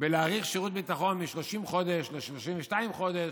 בהארכת שירות הביטחון מ-30 חודש ל-32 חודש,